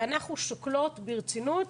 ואנחנו שוקלות ברצינות,